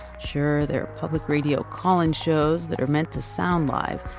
sure, there are public radio call-in shows that are meant to sound live,